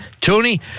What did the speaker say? Tony